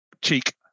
Cheek